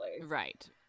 Right